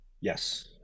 Yes